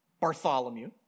Bartholomew